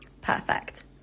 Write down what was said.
Perfect